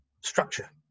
structure